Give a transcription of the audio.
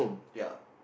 ya